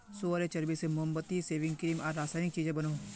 सुअरेर चर्बी से मोमबत्ती, सेविंग क्रीम आर रासायनिक चीज़ बनोह